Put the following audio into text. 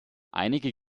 einige